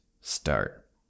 Start